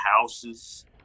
houses